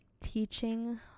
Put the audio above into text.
teaching